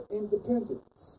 independence